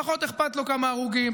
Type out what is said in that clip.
פחות אכפת לו כמה הרוגים,